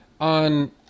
on